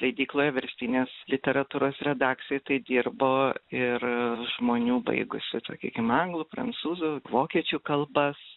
leidykloje verstinės literatūros redakcijoj tai dirbo ir žmonių baigusių sakykim anglų prancūzų vokiečių kalbas